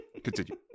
Continue